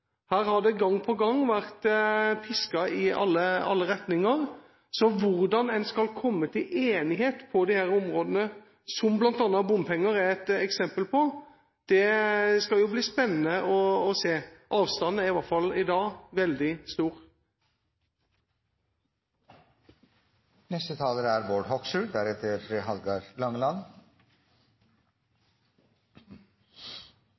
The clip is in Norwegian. Her har det gang på gang vært pisket i alle retninger, så hvordan en skal komme til enighet på disse områdene – som bl.a. bompenger er et eksempel på – skal det bli spennende å se. Avstanden er i hvert fall i dag veldig stor. Det er